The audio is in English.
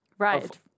Right